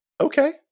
Okay